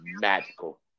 magical